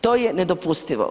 To je nedopustivo.